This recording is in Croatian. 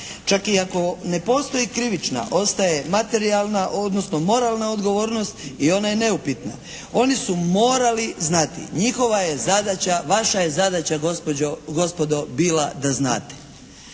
Čak i ako ne postoji krivična ostaje materijalna odnosno moralna odgovornost i ona je neupitna. Oni su morali znati, njihova je zadaća, vaša je zadaća gospođo, gospodo bila da znate.